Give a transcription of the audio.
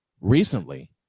recently